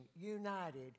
united